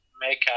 make